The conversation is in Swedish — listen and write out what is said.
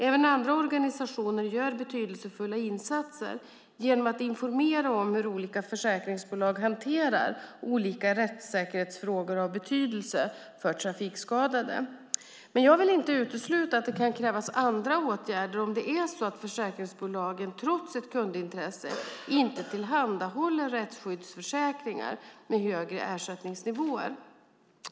Även andra organisationer gör betydelsefulla insatser genom att informera om hur olika försäkringsbolag hanterar olika rättssäkerhetsfrågor av betydelse för trafikskadade. Jag vill dock inte utesluta att det kan krävas andra åtgärder om det är så att försäkringsbolagen trots ett kundintresse inte tillhandahåller rättsskyddsförsäkringar med högre ersättningsnivåer.